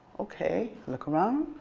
okay, look around,